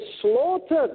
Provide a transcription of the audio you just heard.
slaughtered